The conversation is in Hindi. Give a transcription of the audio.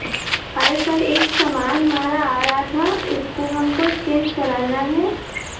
अरे सर एक सामान हमारा आ रहा था उसको हमको एक्सचेंज कराना है